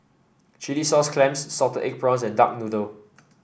Chilli Sauce Clams Salted Egg Prawns and Duck Noodle